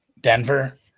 Denver